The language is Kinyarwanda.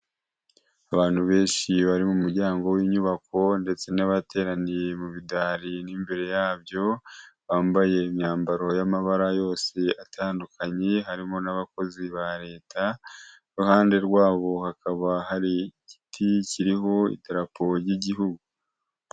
Abantu benshi bari mu muryango w'inyubako ndetse n'abateraniye mu bidari n'imbere yabyo, bambaye imyambaro y'amabara yose atandukanye, harimo n'abakozi ba leta, iruhande rwabo hakaba hari igiti kiriho idarapo ry'igihugu.